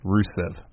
Rusev